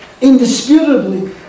indisputably